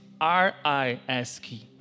R-I-S-K